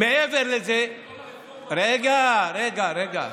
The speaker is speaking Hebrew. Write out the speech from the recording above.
מעבר לזה רגע, רגע.